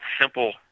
simple